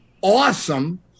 Awesome